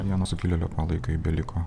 vieno sukilėlio palaikai beliko